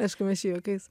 aišku mes čia juokais